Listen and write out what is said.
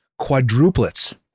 quadruplets